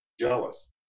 jealous